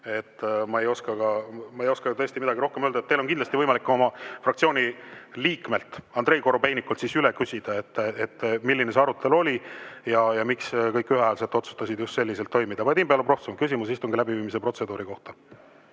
Ma ei oska tõesti midagi rohkem öelda. Teil on kindlasti võimalik oma fraktsiooni liikmelt Andrei Korobeinikult üle küsida, milline see arutelu oli ja miks kõik ühehäälselt otsustasid just selliselt toimida. Vadim Belobrovtsev, küsimus istungi läbiviimise protseduuri kohta.